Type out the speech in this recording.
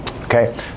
Okay